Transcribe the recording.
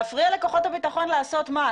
להפריע לכוחות הביטחון לעשות מה?